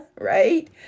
right